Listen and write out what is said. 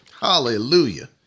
Hallelujah